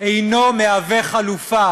אינו מהווה חלופה